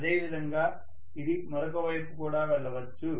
అదే విధంగా ఇది మరొక వైపు కూడా వెళ్ళవచ్చు